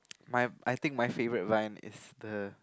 my I think my favourite vine is the